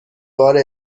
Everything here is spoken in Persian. بار